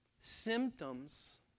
symptoms